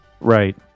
right